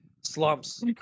slumps